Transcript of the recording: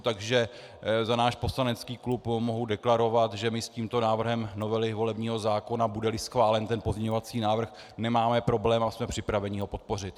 Takže za náš poslanecký klub mohu deklarovat, že my s tímto návrhem novely volebního zákona, budeli schválen ten pozměňovací návrh, nemáme problém a jsme připraveni ho podpořit.